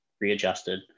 readjusted